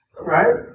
right